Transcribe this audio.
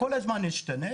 זה כל הזמן משתנה.